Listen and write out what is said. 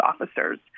officers